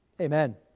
Amen